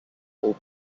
opened